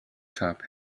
cup